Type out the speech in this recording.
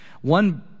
One